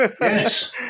Yes